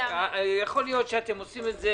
יכול להיות שאתם עושים את זה